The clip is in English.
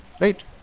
right